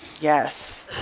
Yes